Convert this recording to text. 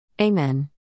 Amen